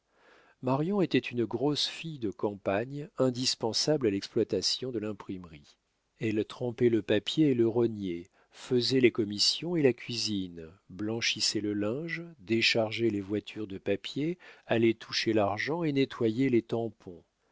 marion était une grosse fille de campagne indispensable à l'exploitation de l'imprimerie elle trempait le papier et le rognait faisait les commissions et la cuisine blanchissait le linge déchargeait les voitures de papier allait toucher l'argent et nettoyait les tampons